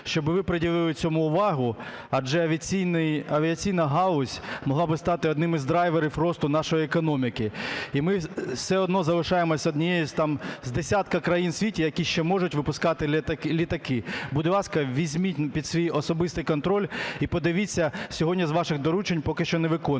щоб ви приділили цьому увагу, адже авіаційна галузь могла б стати одним із драйверів росту нашої економіки. І ми все одно залишаємося однією там з десятка країн у світі, які ще можуть випускати літаки. Будь ласка, візьміть під свій особистий контроль і, подивіться, сьогодні з ваших доручень поки що не виконується